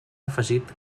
afegit